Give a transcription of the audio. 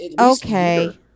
Okay